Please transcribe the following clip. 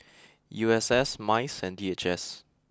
U S S Mice and D H S